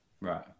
Right